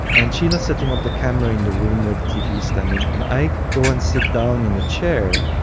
and sheila is setting up the camera in the room where the tv is standing, and i go and sit down in a chair,